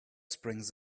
springs